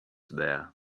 there